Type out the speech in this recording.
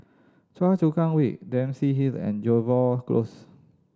Choa Chu Kang Way Dempsey Hill and Jervois Close